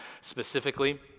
specifically